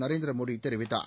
நரேந்திர மோடி தெரிவித்தார்